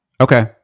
Okay